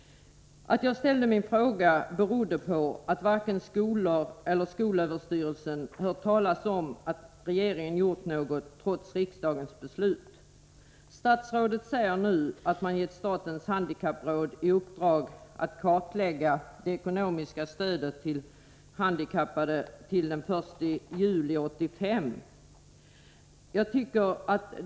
Att jag ställde min fråga berodde på att varken skolor eller skolöverstyrelse har hört talas om att regeringen gjort något, trots riksdagens beslut. Statsrådet säger nu att man gett statens handikappråd i uppdrag att till den 1 juli 1985 kartlägga det ekonomiska stödet till handikappade.